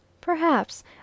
Perhaps